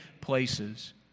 places